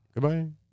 Goodbye